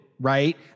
right